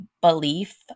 belief